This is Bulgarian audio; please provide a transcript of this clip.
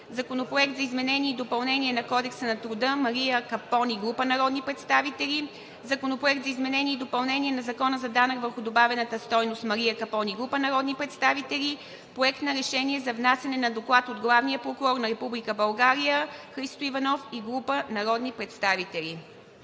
Законопроект за изменение и допълнение на Кодекса на труда. Вносители – Мария Капон и група народни представители. Законопроект за изменение и допълнение на Закона за данък върху добавената стойност. Вносители – Мария Капон и група народни представители. Проект на решение за внасяне на Доклад от главния прокурор на Република България. Вносители – Христо Иванов и група народни представители.